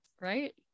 Right